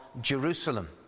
Jerusalem